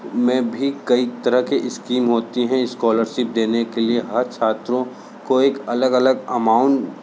छात्रों में भी कई तरह के स्कीम होती हैं स्कॉलरशिप देने के लिए हर छात्रों को एक अलग अलग अमाउंट